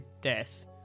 death